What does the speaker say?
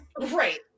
Right